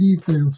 details